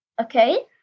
okay